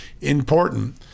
important